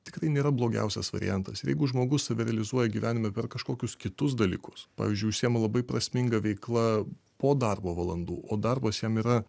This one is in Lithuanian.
tikrai nėra blogiausias variantas jeigu žmogus save realizuoja gyvenime per kažkokius kitus dalykus pavyzdžiui užsiima labai prasminga veikla po darbo valandų o darbas jam yra